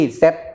set